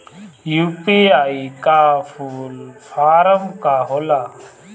UPI का full form का होला?